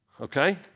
okay